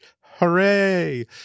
hooray